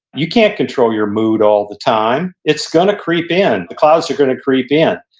you can't control your mood all the time. it's going to creep in. the clouds are going to creep in.